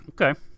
Okay